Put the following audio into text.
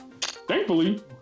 thankfully